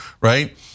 right